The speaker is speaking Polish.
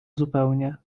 zupełnie